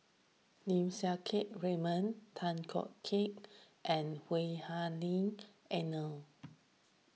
Lim Siang Keat Raymond Tay Koh Keat and Lui Hah Elena